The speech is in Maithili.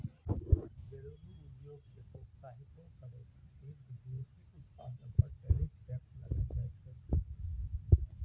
घरेलू उद्योग कें प्रोत्साहितो करै खातिर विदेशी उत्पाद पर टैरिफ टैक्स लगाएल जाइ छै